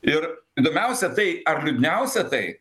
ir įdomiausia tai ar liūdniausia tai